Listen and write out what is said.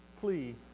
plea